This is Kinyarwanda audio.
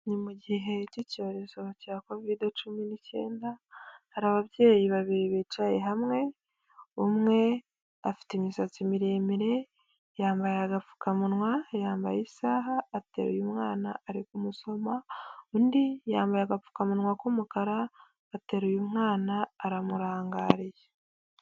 Ni mu gihe cy'icyorezo cya kovide cumi n'icyenda, hari ababyeyi babiri bicaye hamwe umwe afite imisatsi miremire yambaye agapfukamunwa yambaye isaha ateruye umwana ari kumusoma, undi yambaye agapfukamunwa k'umukara ateruye umwana aramurangariye.